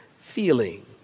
feeling